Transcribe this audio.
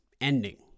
ending